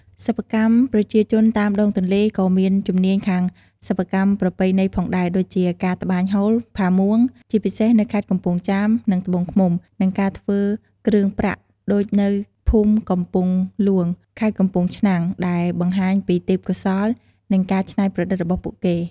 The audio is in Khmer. សិប្បកម្ម ប្រជាជនតាមដងទន្លេក៏មានជំនាញខាងសិប្បកម្មប្រពៃណីផងដែរ ដូចជា ការត្បាញហូល ផាមួង ជាពិសេសនៅខេត្តកំពង់ចាម និងត្បូងឃ្មុំ និង ការធ្វើគ្រឿងប្រាក់ ដូចនៅភូមិកំពង់ហ្លួង ខេត្តកំពង់ឆ្នាំង ដែលបង្ហាញពីទេពកោសល្យ និងការច្នៃប្រឌិតរបស់ពួកគេ។